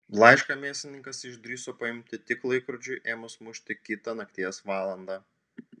laišką mėsininkas išdrįso paimti tik laikrodžiui ėmus mušti kitą nakties valandą